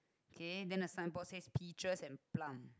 okay then the signboard says peaches and plum